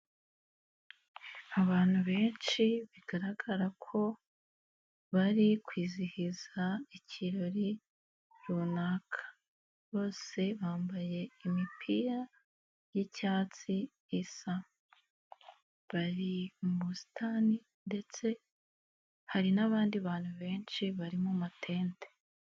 Abantu benshi bigaragara ko bari kwizihiza ikirori runaka, bose bambaye imipira y'icyatsi isa. Bari mu busitani ndetse hari n'abandi bantu benshi bari mu matente.